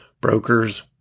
brokers